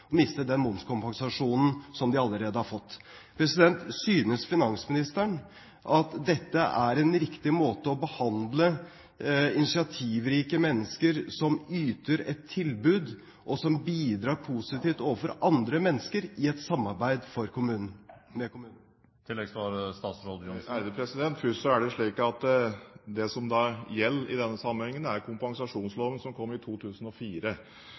miste den momskompensasjonen som de allerede har fått. Synes finansministeren at dette er en riktig måte å behandle initiativrike mennesker på, som yter et tilbud, og som bidrar positivt overfor andre mennesker i et samarbeid med kommunen? Først og fremst er det slik at det som gjelder i denne sammenhengen, er kompensasjonsloven som kom i 2004